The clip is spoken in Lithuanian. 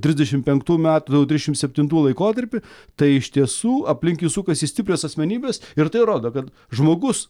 trisdešimt penktų metų trisdešimt septintų laikotarpį tai iš tiesų aplink jį sukasi stiprios asmenybės ir tai rodo kad žmogus